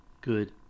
good